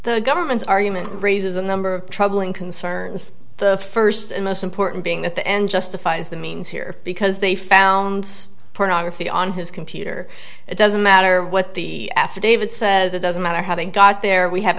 the government's argument raises a number of troubling concerns the first and most important being that the end justifies the means here because they found pornography on his computer it doesn't matter what the affidavit says it doesn't matter how they got there we have